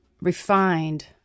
refined